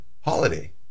holiday